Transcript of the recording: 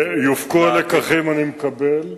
יופקו הלקחים, אני מקבל.